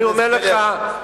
אני אומר לך,